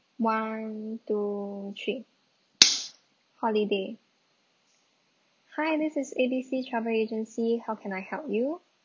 one two three holiday hi this is A B C travel agency how can I help you